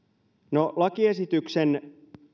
no lakiesityksen